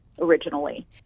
originally